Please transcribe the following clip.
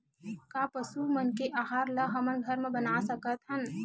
का पशु मन के आहार ला हमन घर मा बना सकथन?